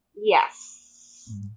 Yes